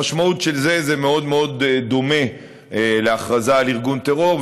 המשמעות של זה מאוד מאוד דומה להכרזה על ארגון טרור,